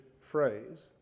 phrase